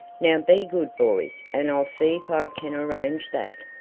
now be good boys, and i'll see if i can arrange that.